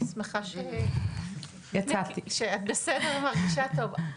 אני שמחה שאת בסדר ומרגישה טוב.